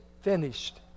finished